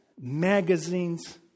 magazines